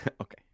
okay